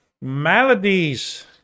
maladies